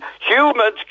Humans